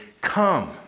come